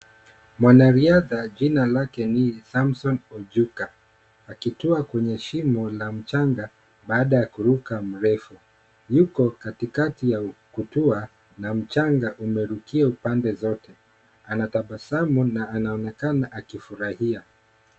Mwanariadha jina lake ni Samson Ojuka akitua kwenye shimo la mchanga baada ya kuruka mrefu, yuko katikati ya kutua na mchanga umerukia pande zote. Anatabasamu na anaonekana akifurahia.